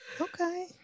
Okay